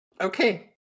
Okay